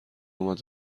اومد